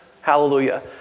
Hallelujah